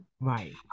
Right